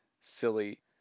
silly